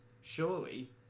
surely